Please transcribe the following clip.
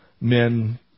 men